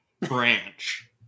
branch